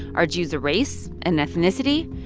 are jews a race, an ethnicity?